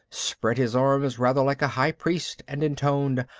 spread his arms rather like a high priest, and intoned,